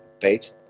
page